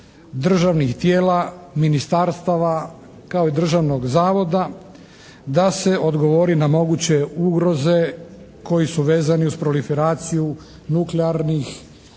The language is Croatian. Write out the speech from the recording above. državnih tijela, ministarstava, kao i Državnog zavoda da se odgovori na moguće ugroze koji su vezani uz proliferaciju nuklearnih